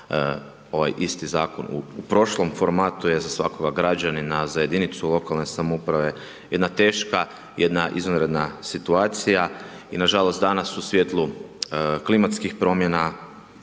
ovaj isti zakon u prošlom formatu je za svakoga građanina, za jedinicu lokalne samouprave jedna teška, jedna izvanredna situacija i nažalost danas u svjetlu klimatskih promjena